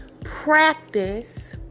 practice